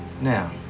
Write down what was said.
now